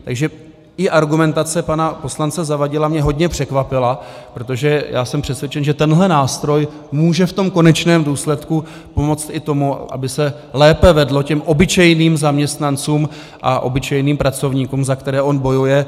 Takže i argumentace pana poslance Zavadila mě hodně překvapila, protože jsem přesvědčen, že tenhle nástroj může v konečném důsledku pomoci i tomu, aby se lépe vedlo obyčejným zaměstnancům a obyčejným pracovníkům, za které on bojuje.